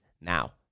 now